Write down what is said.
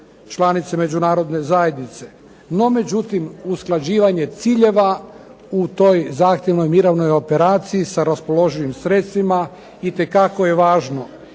članice međunarodne zajednice. No međutim, usklađivanje ciljeva u toj zahtjevnoj mirovnoj operaciji sa raspoloživim sredstvima itekako je važno.